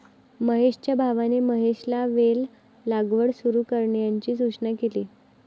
महेशच्या भावाने महेशला वेल लागवड सुरू करण्याची सूचना केली